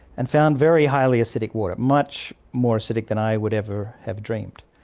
and found very highly acidic water, much more acidic than i would ever have dreamed,